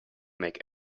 make